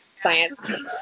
science